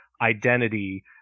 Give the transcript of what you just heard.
identity